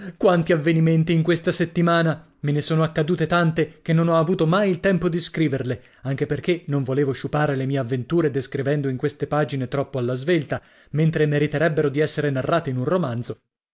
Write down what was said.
quanti avvenimenti in questa settimana me ne sono accadute tante che non ho avuto mai il tempo di scriverle anche perché non volevo sciupare le mie avventure descrivendo in queste pagine troppo alla svelta mentre meriterebbero di essere narrate in un romanzo